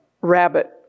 rabbit